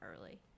early